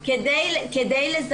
--- כדי לזהות